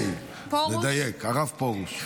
-- לדייק, הרב פּרוש, בפּ"א.